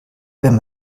wenn